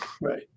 Right